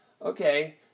Okay